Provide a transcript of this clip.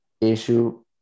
issue